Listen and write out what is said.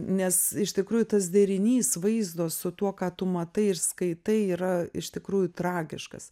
nes iš tikrųjų tas derinys vaizdo su tuo ką tu matai ir skaitai yra iš tikrųjų tragiškas